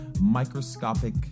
microscopic